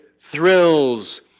thrills